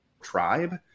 tribe